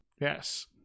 Yes